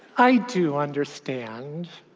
i do understand.